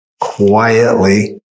quietly